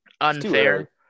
unfair